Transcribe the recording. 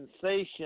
sensation